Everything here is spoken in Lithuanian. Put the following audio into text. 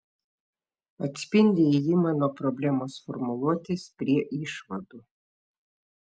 atspindi ėjimą nuo problemos formuluotės prie išvadų